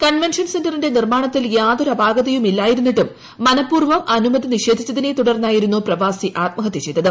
convention സെന്ററിന്റെ നിർമ്മാണത്തിൽ യാതൊരു അപാകതയു മില്ലാതിരുന്നിട്ടും മനപൂർവ്വം അനുമതി നിഷേധിച്ചതിനെത്തുടർന്നായിരു ന്നു പ്രവാസി ആത്മഹത്യ ചെയ്തത്